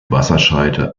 wasserscheide